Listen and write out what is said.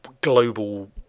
global